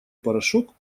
порошок